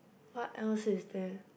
what else is there